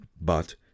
But